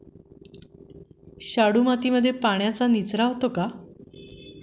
शाडू मातीमध्ये पाण्याचा निचरा होतो का?